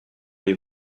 les